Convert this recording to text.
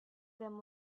them